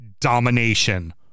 domination